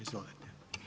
Izvolite.